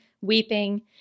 weeping